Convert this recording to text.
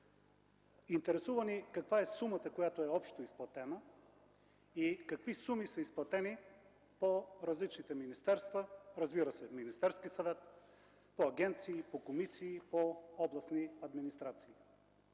Интересува ни каква е сумата, която общо е изплатена и какви суми са изплатени по различните министерства, разбира се, в Министерския съвет, по агенции, по комисии, по областни администрации?